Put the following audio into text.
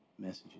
messages